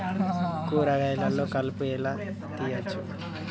కూరగాయలలో కలుపు ఎలా తీయచ్చు?